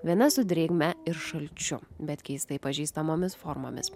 viena su drėgme ir šalčiu bet keistai pažįstamomis formomis